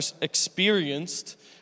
experienced